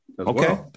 Okay